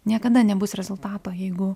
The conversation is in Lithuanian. niekada nebus rezultato jeigu